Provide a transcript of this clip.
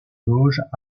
vosges